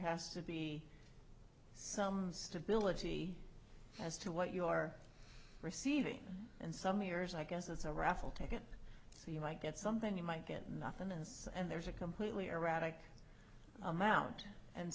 has to be some stability as to what you are receiving and some of yours i guess it's a raffle ticket so you might get something you might get nothingness and there's a completely erratic amount and